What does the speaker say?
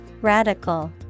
Radical